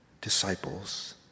disciples